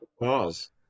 Pause